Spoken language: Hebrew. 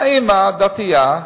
האמא, דתייה,